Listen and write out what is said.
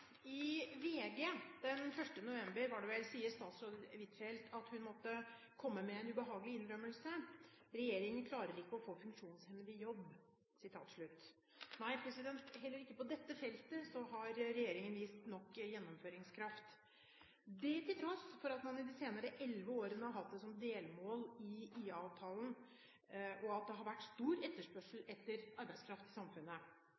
I VG – den 1. november, var det vel – sier statsråd Huitfeldt at hun måtte komme med en ubehagelig innrømmelse: Regjeringen klarer ikke å få funksjonshemmede i jobb. Nei, heller ikke på dette feltet har regjeringen vist nok gjennomføringskraft – det til tross for at man i de siste elleve årene har hatt det som delmål i IA-avtalen, og at det har vært stor etterspørsel etter arbeidskraft i samfunnet.